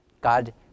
God